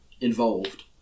involved